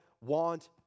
want